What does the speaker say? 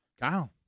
Kyle